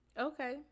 Okay